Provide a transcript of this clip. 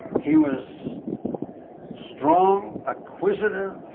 he was strong, acquisitive,